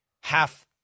half